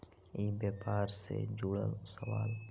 ई व्यापार से जुड़ल सवाल?